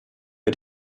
bei